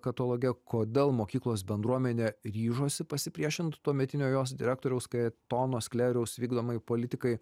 kataloge kodėl mokyklos bendruomenė ryžosi pasipriešint tuometinio jos direktoriaus kajetono sklėriaus vykdomai politikai